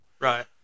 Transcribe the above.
right